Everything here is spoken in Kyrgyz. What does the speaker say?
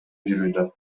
жүрүүдө